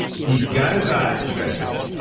he got his eyes fixed.